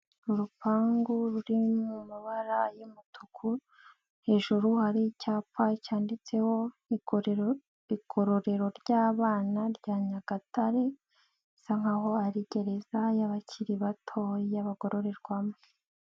Urupangu ruri mu mabara y'umutuku, hejuru hari icyapa cyanditseho, ikoreragororero ry'abana rya Nyagatare, isa nkaho ari gereza y'abakiri batoya, bagororerwamo.